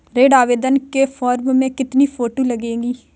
ऋण आवेदन के फॉर्म में कितनी फोटो लगेंगी?